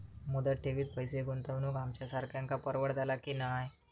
मुदत ठेवीत पैसे गुंतवक आमच्यासारख्यांका परवडतला की नाय?